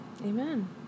Amen